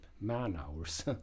man-hours